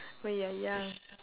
when you're young